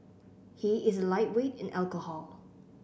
he is a lightweight in alcohol